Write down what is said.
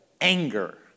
anger